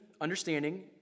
understanding